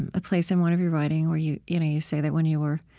and a place in one of your writing where you you know you say that when you were